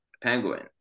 penguin